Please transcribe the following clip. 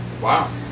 Wow